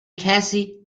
cassie